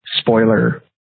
spoiler